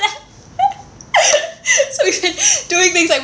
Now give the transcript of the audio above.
that so we can doing things like